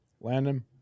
Landon